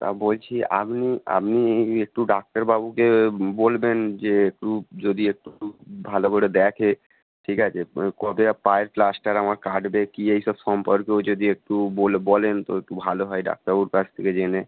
তা বলছি আপনি আপনি একটু ডাক্তার বাবুকে বলবেন যে একটু যদি একটু ভালো করে দেখে ঠিক আছে কবে আ পায়ের প্লাস্টার আমার কাটবে কী এই সব সম্পর্কেও যদি একটু বোল বলেন তো একটু ভালো হয় ডাক্তারবাবুর কাছ থেকে জেনে